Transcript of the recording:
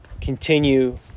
continue